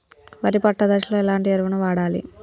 వరి పొట్ట దశలో ఎలాంటి ఎరువును వాడాలి?